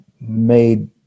made